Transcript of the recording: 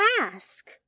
ask